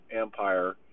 Empire